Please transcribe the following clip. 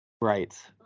Right